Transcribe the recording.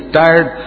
tired